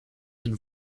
and